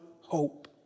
hope